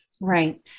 Right